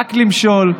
רק למשול.